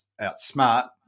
outsmart